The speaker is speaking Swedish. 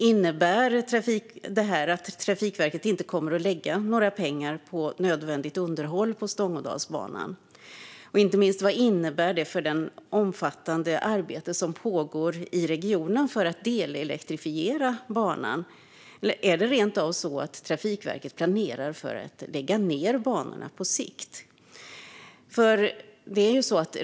Innebär det här att Trafikverket inte kommer att lägga några pengar på nödvändigt underhåll på Stångådalsbanan? Vad innebär det för det omfattande arbete som pågår i regionen för att delelektrifiera banan? Är det rent av så att Trafikverket planerar för att lägga ned banan på sikt?